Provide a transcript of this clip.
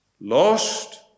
lost